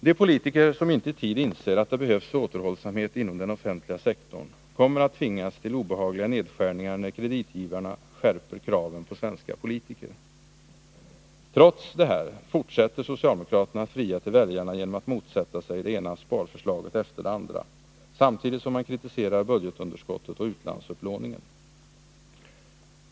De politiker som inte i tid inser att det behövs återhållsamhet inom den offentliga sektorn kommer att tvingas till obehagliga nedskärningar när kreditgivarna skärper kraven på svenska politiker. Trots detta fortsätter socialdemokraterna att fria till väljarna genom att motsätta sig det ena sparförslaget efter det andra, samtidigt som de kritiserar budgetunderskottet och utlandsupplåningen.